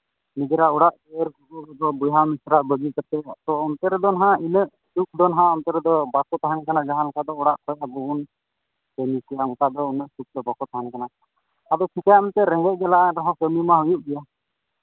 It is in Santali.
ᱱᱤᱡᱮᱨᱟᱜ ᱚᱲᱟᱜ ᱫᱩᱣᱟᱹᱨ ᱵᱚᱭᱦᱟ ᱢᱤᱥᱨᱟ ᱵᱟᱹᱜᱤ ᱠᱟᱛᱮᱫ ᱟᱫᱚ ᱚᱱᱛᱮ ᱨᱮᱫᱚ ᱦᱟᱸᱜ ᱤᱱᱟᱹᱜ ᱫᱩᱠ ᱫᱚ ᱦᱟᱸᱜ ᱵᱟᱠᱚ ᱛᱟᱦᱮᱱ ᱠᱟᱱᱟ ᱡᱟᱦᱟᱸ ᱞᱮᱠᱟ ᱫᱚ ᱚᱲᱟᱜ ᱠᱷᱚᱱ ᱟᱵᱚ ᱵᱚᱱ ᱠᱟᱹᱢᱤ ᱠᱚᱜᱼᱟ ᱚᱱᱠᱟ ᱫᱚ ᱩᱱᱟᱹᱜ ᱫᱚ ᱵᱟᱠᱚ ᱛᱟᱦᱮᱱ ᱠᱟᱱᱟ ᱟᱫᱚ ᱪᱤᱠᱟᱹᱭᱟᱢ ᱮᱱᱛᱮᱫ ᱨᱮᱸᱜᱮᱡ ᱡᱟᱞᱟ ᱨᱮᱦᱚᱸ ᱠᱟᱹᱢᱤ ᱢᱟ ᱦᱩᱭᱩᱜ ᱜᱮᱭᱟ